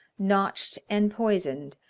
notched and poisoned,